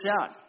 out